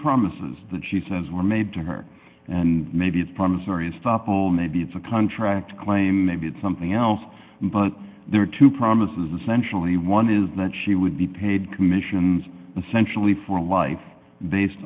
promises that she says were made to her and maybe it's promissory estoppel maybe it's a contract claim maybe it's something else but there are two promises essentially one is that she would be paid commissions essentially for life based